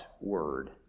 word